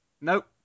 Nope